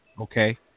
Okay